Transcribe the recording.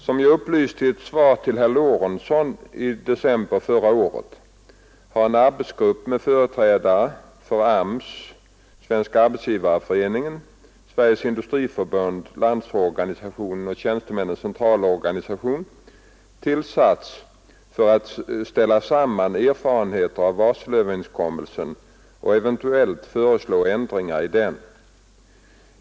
Som jag upplyste i ett svar till herr Lorentzon i december förra året har en arbetsgrupp med företrädare för AMS, SAF, Sveriges industriförbund, LO och TCO tillsatts för att ställa samman erfarenheter av varselöverenskommelsen och eventuellt föreslå ändringar i den.